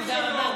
תודה רבה,